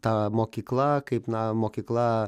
ta mokykla kaip na mokykla